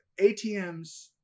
ATMs